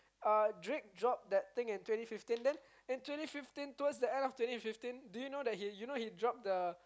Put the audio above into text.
uh Drake dropped that thing in twenty fifteen then in twenty fifteen towards the end of twenty fifteen do you know he dropped the